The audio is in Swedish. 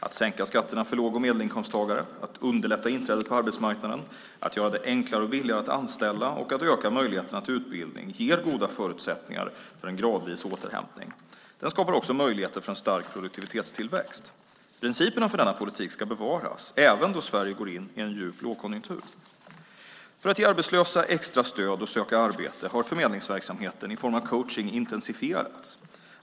Att sänka skatterna för låg och medelinkomsttagare, att underlätta inträdet på arbetsmarknaden, att göra det enklare och billigare att anställa och att öka möjligheterna till utbildning ger goda förutsättningar för en gradvis återhämtning. Det skapar också möjligheter för en stark produktivitetstillväxt. Principerna för denna politik ska bevaras, även då Sverige går in i en djup lågkonjunktur. För att ge arbetslösa extra stöd att söka arbete har förmedlingsverksamheten, i form av coachning, intensifierats.